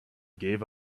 gave